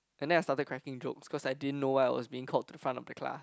and then I started cracking jokes cause I didn't know why I was being called to the front of the class